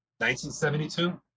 1972